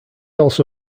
also